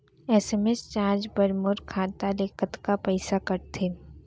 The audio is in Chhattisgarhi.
एस.एम.एस चार्ज बर मोर खाता ले कतका पइसा कटथे?